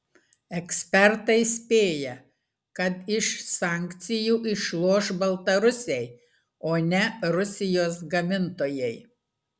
ekspertai spėja kad iš sankcijų išloš baltarusiai o ne rusijos gamintojai